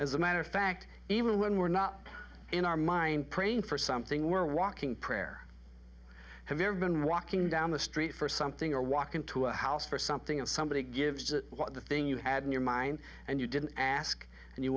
as a matter of fact even when we're not in our mind praying for something we're walking prayer i have ever been walking down the street for something or walk into a house for something and somebody gives the thing you add in your mind and you didn't ask and you